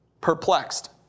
perplexed